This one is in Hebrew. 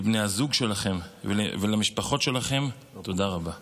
לבני הזוג שלכם ולמשפחות שלכם, תודה רבה.